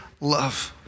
love